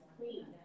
clean